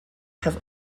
have